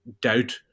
doubt